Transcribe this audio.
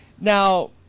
Now